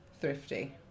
thrifty